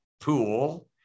pool